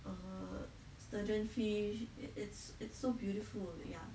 err sturgeon fish it's it's so beautiful ya